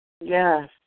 Yes